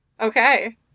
Okay